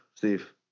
Steve